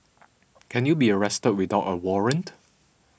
can you be arrested without a warrant